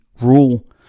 rule